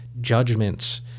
judgments